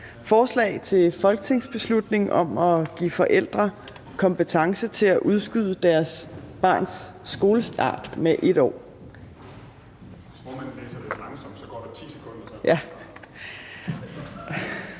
Forslag til folketingsbeslutning om at give forældre kompetence til at udskyde deres barns skolestart med 1 år.